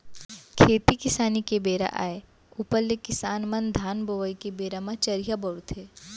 खेती किसानी के बेरा आय ऊपर ले किसान मन धान बोवई के बेरा म चरिहा बउरथे